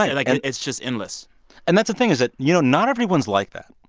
like, like and it's just endless and that's the thing is that, you know, not everyone's like that.